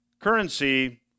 currency